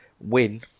win